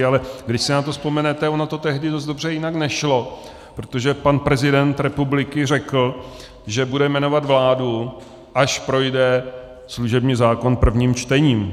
Ale když si na to vzpomenete, ono to tehdy dost dobře jinak nešlo, protože pan prezident republiky řekl, že bude jmenovat vládu, až projde služební zákon prvním čtením.